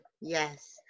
Yes